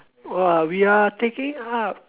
!wah! we are taking up